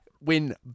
Win